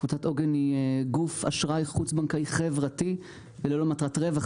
קבוצת עוגן היא גוף אשראי חוץ בנקאי חברתי וללא מטרת רווח,